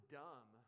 dumb